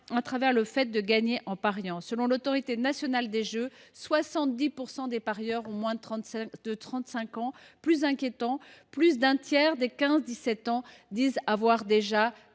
à travers le fait de gagner en pariant. Selon l’ANJ, 70 % des parieurs ont moins de 35 ans. Plus inquiétant, plus d’un tiers des 15 17 ans disent avoir déjà